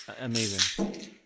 amazing